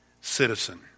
citizen